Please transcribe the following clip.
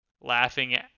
laughing